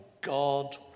God